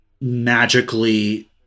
magically